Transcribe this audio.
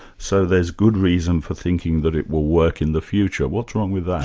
so there's good reason for thinking that it will work in the future. what's wrong with that?